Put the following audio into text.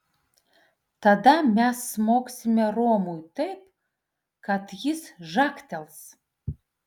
tada mes smogsime romui taip kad jis žagtels